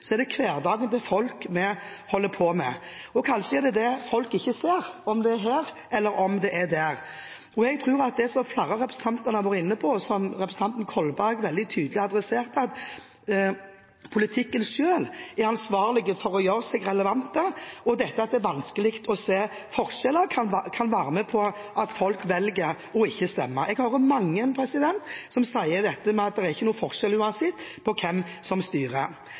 er det hverdagen til folk vi holder på med. Kanskje det er det folk ikke ser – om det er her, eller om det er der. Jeg tror at det som flere av representantene har vært inne på, og som representanten Kolberg veldig tydelig adresserte – at politikken selv er ansvarlig for å gjøre seg relevant, og at det er vanskelig å se forskjeller – kan være med og forklare at folk velger å ikke stemme. Jeg hører mange som sier at det ikke er noen forskjell uansett hvem som styrer.